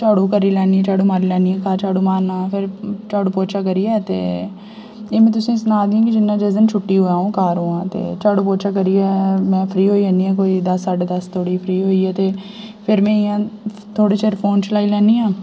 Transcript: झाड़ू करी लैन्नी झाड़ू मारी लैन्नी बाह्र झाड़ू मारना ते फेर झाड़ू पौचा करियै ते एह् में तुसेंई सना दी आ कि जियां जिस दिन छुट्टी होवै अ'उं घर होआं झाड़ू पौचा करियै में फ्री होई जन्नी आं कोई दस साड्डे दस धोड़ी फ्री होइयै ते फिर में इ'यां थोह्डै़ चिर फोन चलाई लैन्नी आं